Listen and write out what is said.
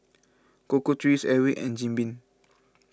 Cocoa Trees Airwick and Jim Beam